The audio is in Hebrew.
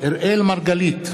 אראל מרגלית,